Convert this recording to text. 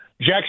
Jack